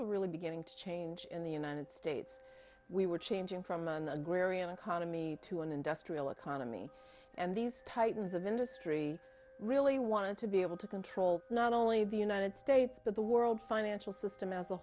were really beginning to change in the united states we were changing from an agrarian economy to an industrial economy and these titans of industry really wanted to be able to control not only the united states but the world financial system as a